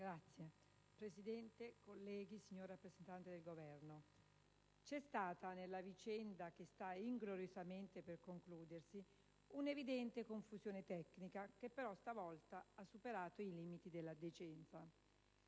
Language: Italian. Signor Presidente, colleghi, signor rappresentante del Governo c'è stata, nella vicenda che sta ingloriosamente per concludersi, un'evidente confusione tecnica che però stavolta ha superato i limiti della decenza.